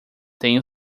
tenho